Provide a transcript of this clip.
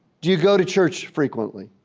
do you go to church frequently?